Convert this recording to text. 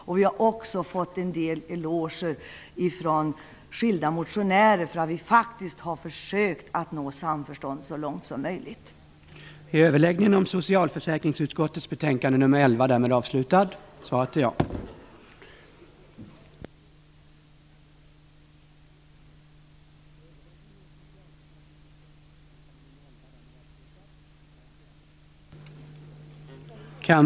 Vidare har olika motionärer gett oss en eloge för att vi faktiskt har försökt att så långt som möjligt nå samförstånd.